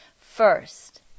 first